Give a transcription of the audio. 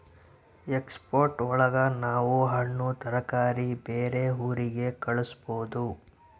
export ಒಳಗ ನಾವ್ ಹಣ್ಣು ತರಕಾರಿ ಬೇರೆ ಊರಿಗೆ ಕಳಸ್ಬೋದು